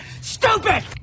stupid